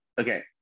okay